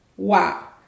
Wow